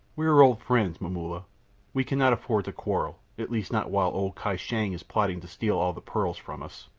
we are old friends, momulla we cannot afford to quarrel, at least not while old kai shang is plotting to steal all the pearls from us.